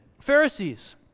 Pharisees